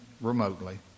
remotely